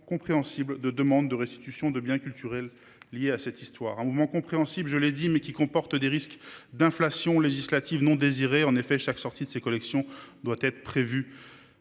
compréhensible, de demandes de restitutions de biens culturels liés à ce passé, un mouvement comme je l'ai dit compréhensible, mais qui comporte des risques d'inflation législative non désirée. En effet, chaque sortie de ces collections doit être prévue